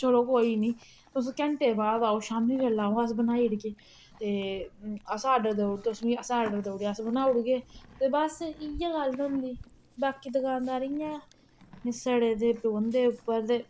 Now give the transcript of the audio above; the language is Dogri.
चलो कोई नी तुस घैंटे बाद आओ शामी बेल्लै आओ अस बनाइड़गे ते असें आर्डर देउड़ेआ तुस मी अस आर्डर देउड़ेआ अस बनाईड़गे ते बस इयै गल्ल होंदी बाकी दकानदार इयां गै सड़े दे पौंदे उप्पर ते